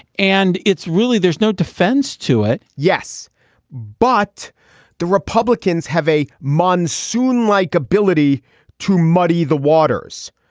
and it's really there's no defense to it yes but the republicans have a monsoon like ability to muddy the waters.